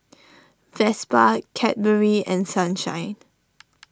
Vespa Cadbury and Sunshine